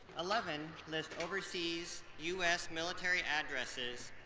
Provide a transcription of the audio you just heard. eleven list overseas us military addresses,